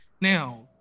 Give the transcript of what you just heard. now